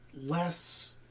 less